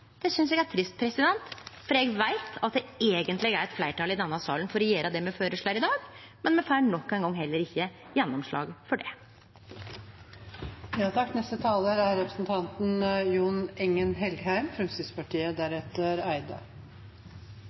Det synest eg er trist, for eg veit at det eigentleg er eit fleirtal i denne salen for å gjere det me føreslår i dag, men me får heller ikkje no gjennomslag for det. Demokrati og ytringsfrihet kan være vanskelig, og det er